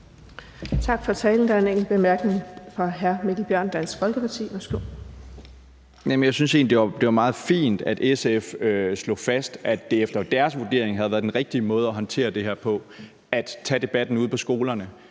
Der er en enkelt kort bemærkning fra hr. Mikkel Bjørn, Dansk Folkeparti. Værsgo. Kl. 10:37 Mikkel Bjørn (DF): Jeg syntes egentlig, det var meget fint, at SF slog fast, at det efter deres vurdering havde været den rigtige måde at håndtere det her på, at man havde taget debatten ude på skolerne